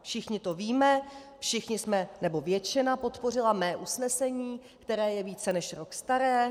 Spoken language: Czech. Všichni to víme, všichni jsme... nebo většina podpořila mé usnesení, které je více než rok staré.